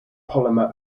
polymer